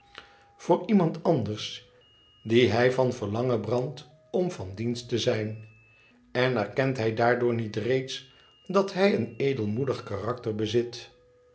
voor iemand andera dien hij van verlanjen brandt om van dienst te xijn en erkent hij daardoor niet reeds dat hij een edelmoedig karakter bolt